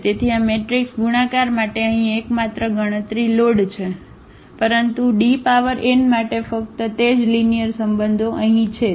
તેથી આ મેટ્રિક્સ ગુણાકાર માટે અહીં એકમાત્ર ગણતરી લોડ છે પરંતુ d પાવર n માટે ફક્ત તે જ લીનીઅરસંબંધો અહીં છે